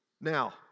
Now